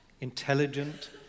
intelligent